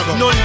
no